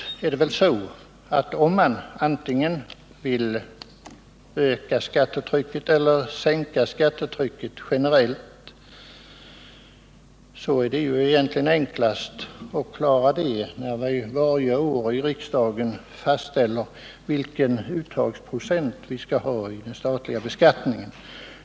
Om man vill öka skattetrycket eller sänka detsamma generellt är det nog enklast att göra det när vi varje år i riksdagen fastställer vilken uttagsprocent vi skall ha i den statliga beskattningen.